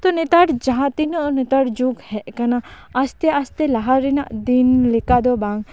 ᱛᱚ ᱱᱮᱛᱟᱨ ᱡᱟᱦᱟᱸ ᱛᱤᱱᱟᱹᱜ ᱱᱮᱛᱟᱨ ᱡᱩᱜᱽ ᱦᱮᱡ ᱠᱟᱱᱟ ᱟᱥᱛᱮ ᱟᱥᱛᱮ ᱞᱟᱦᱟ ᱨᱮᱱᱟᱜ ᱫᱤᱱ ᱞᱮᱠᱟ ᱫᱚ ᱵᱟᱝ